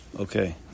Okay